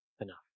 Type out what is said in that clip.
Enough